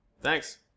thanks